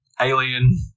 Alien